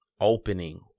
opening